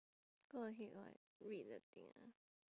go ahead what read the thing ah